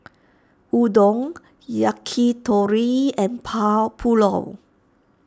Udon Yakitori and Pulao